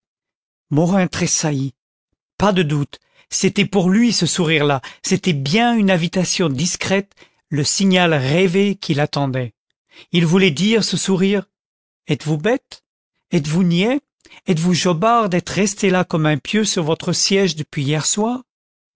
morin tressaillit pas de doute c'était pour lui ce sourire là c'était bien une invitation discrète le signal rêvé qu'il attendait il voulait dire ce sourire êtes-vous bête êtes-vous niais êtes-vous jobard d'être resté là comme un pieu sur votre siège depuis hier soir